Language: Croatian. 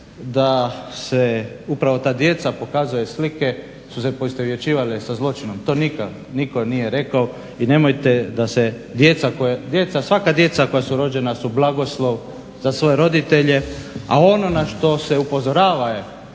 da upravo ta djeca pokazao je slike su se poistovjećivale sa zločinom. To nikad nitko nije rekao i nemojte da djeca, svaka djeca koja su rođena su blagoslov za svoje roditelje a ono na što se upozorava